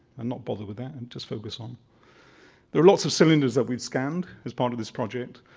and not bother with that, and just focus on there's lots of cylinders that we've scanned as part of this project.